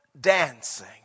dancing